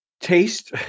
Taste